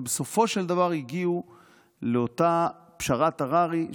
ובסופו של דבר הגיעו לאותה פשרת הררי,